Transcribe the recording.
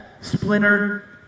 splinter